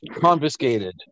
confiscated